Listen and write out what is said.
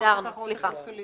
הגדרנו את חוק התחרות הכלכלית.